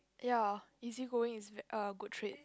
ya easygoing is ve~ a good trait